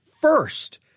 first